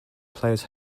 plays